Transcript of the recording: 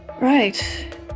right